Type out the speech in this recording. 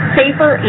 safer